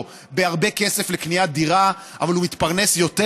בהרבה כסף לקנות דירה אבל הוא מתפרנס יותר,